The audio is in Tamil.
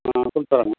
ஆ